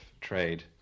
trade